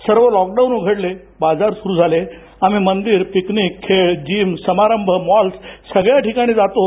सर्व लॉकडाउन उघडले बाजार सुरु झालें आम्ही मंदिर पिकनिक खेळ जीम समारंभ मॉल्स सर्व ठिकाणी जातो